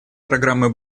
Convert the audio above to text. программы